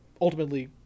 ultimately